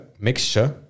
Mixture